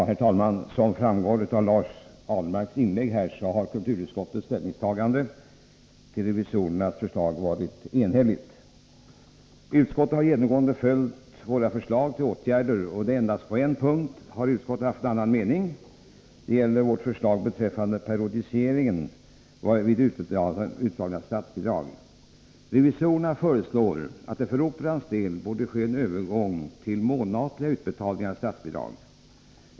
Herr talman! Såsom framgår av Lars Ahlmarks inlägg är kulturutskottets ställningstagande till revisorernas förslag i detta ärende enhälligt. Utskottet har genomgående följt våra förslag till åtgärder. Endast på en punkt har utskottet en annan mening. Det gäller vårt förslag beträffande periodiseringen vid utbetalningen av statsbidrag. Revisorerna föreslår att det för Operans del borde ske en övergång till månatliga utbetalningar av statsbidrag.